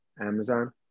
Amazon